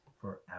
forever